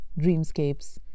dreamscapes